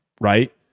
right